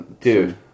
dude